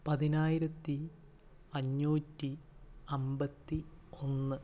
പതിനായിരത്തി അഞ്ഞൂറ്റി അൻപത്തി ഒന്ന്